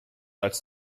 als